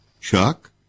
Chuck